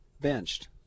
benched